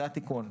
זה התיקון.